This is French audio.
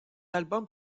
albums